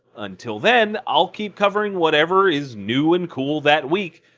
until then, i'll keep covering whatever is new and cool that week.